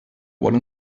vuole